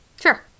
Sure